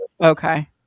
Okay